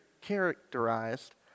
characterized